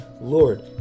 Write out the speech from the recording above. Lord